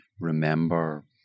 remember